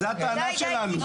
זאת הטענה שלנו.